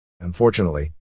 Unfortunately